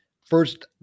first